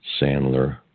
Sandler